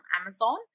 Amazon